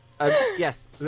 Yes